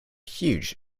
huge